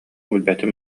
билбэтим